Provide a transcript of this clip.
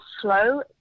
slow